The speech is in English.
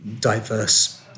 diverse